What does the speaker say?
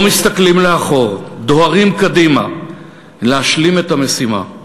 לא מסתכלים לאחור, דוהרים קדימה להשלים את המשימה.